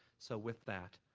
so with that,